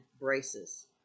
braces